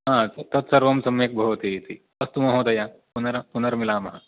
हा तत् सर्वं सम्यक् भवतीति अस्तु महोदय पुनर्मिलामः